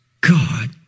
God